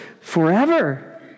forever